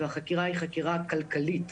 והחקירה היא חקירה כלכלית.